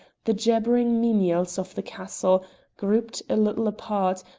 the jabbering menials of the castle grouped a little apart,